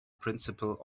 principle